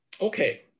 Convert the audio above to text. okay